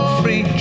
free